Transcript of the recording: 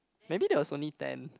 maybe there was only ten